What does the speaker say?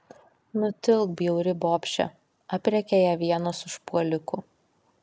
nutilk bjauri bobše aprėkia ją vienas užpuolikų